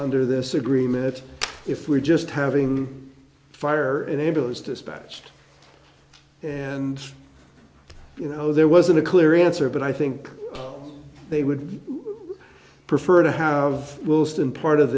under this agreement that if we are just having fire and ambulance dispatched and you know there wasn't a clear answer but i think they would prefer to have wilston part of